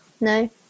no